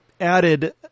added